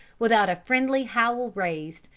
without a friendly howl raised,